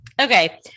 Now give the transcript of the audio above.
Okay